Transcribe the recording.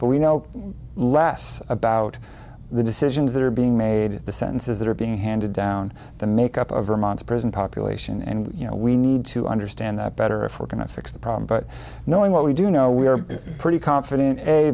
but we know less about the decisions that are being made at the sentences that are being handed down the makeup of vermont's prison population and you know we need to understand that better if we're going to fix the problem but knowing what we do know we are pretty confident